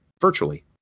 virtually